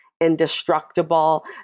indestructible